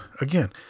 Again